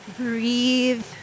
Breathe